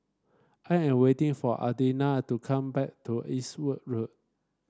I am waiting for Adina to come back to Eastwood Road